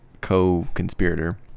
co-conspirator